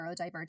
neurodivergent